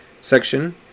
Section